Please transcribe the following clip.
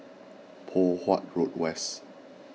Poh Huat Road West